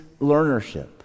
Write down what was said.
learnership